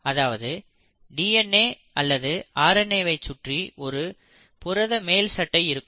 அதாவது டிஎன்ஏ அல்லது R N A வை சுற்றி ஒரு புரத மேல்சட்டை இருக்கும்